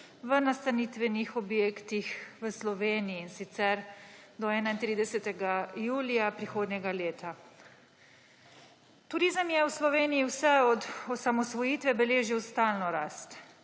v nastanitvenih objektih v Sloveniji, in sicer do 31. julija prihodnjega leta. Turizem je v Sloveniji vse od osamosvojitve beležil stalno rast.